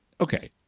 Okay